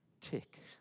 tick